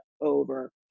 over